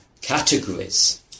categories